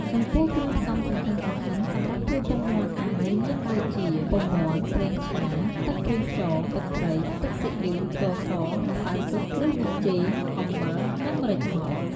ចំពោះគ្រឿងផ្សំសំខាន់ៗសម្រាប់ធ្វើពងមាន់អាំងនេះមានដូចជា ពងមាន់ ប្រេងឆា ទឹកប្រេងខ្យង ទឹកត្រី ទឹកស៊ីអ៉ីវ ស្ករស ម្សៅស៊ុបឬប៊ីចេង អំបិលនិងម្រេចម៉ដ្ឋ ។